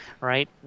Right